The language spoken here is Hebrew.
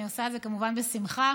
אני עושה את זה, כמובן, בשמחה.